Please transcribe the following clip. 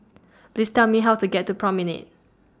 Please Tell Me How to get to Promenade